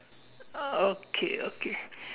okay okay